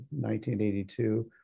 1982